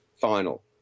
final